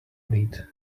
need